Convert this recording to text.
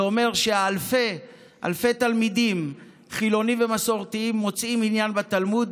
זה אומר שאלפי תלמידים חילונים ומסורתיים מוצאים עניין בתלמוד.